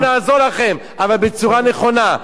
אנחנו נעזור לכם, אבל בצורה נכונה.